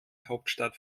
hauptstadt